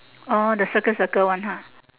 uh the circle circle one ha